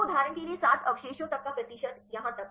तो उदाहरण के लिए 7 अवशेषों तक का प्रतिशत यहाँ तक